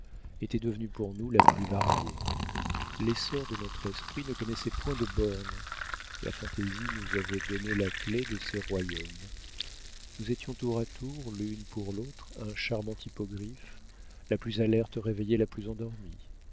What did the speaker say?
était devenue pour nous la plus variée l'essor de notre esprit ne connaissait point de bornes la fantaisie nous avait donné la clef de ses royaumes nous étions tour à tour l'une pour l'autre un charmant hippogriffe la plus alerte réveillait la plus endormie